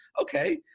Okay